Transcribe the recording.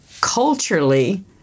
culturally